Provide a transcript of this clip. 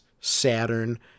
Saturn